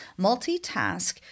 Multitask